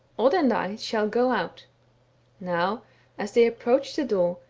odd and i shall go out now as they approached the door,